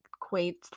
quaint